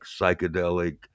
psychedelic